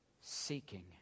seeking